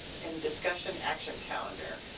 and discussion action calendar.